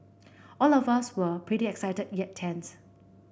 all of us were pretty excited yet tense